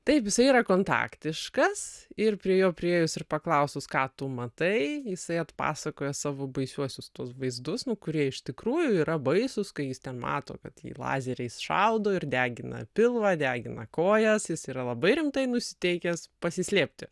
taip jisai yra kontaktiškas ir prie jo priėjus ir paklausus ką tu matai jisai atpasakoja savo baisiuosius tuos vaizdus nu kurie iš tikrųjų yra baisūs kai jis ten mato kad jį lazeriais šaudo ir degina pilvą degina kojas jis yra labai rimtai nusiteikęs pasislėpti